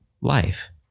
life